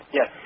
Yes